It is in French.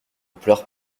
pleure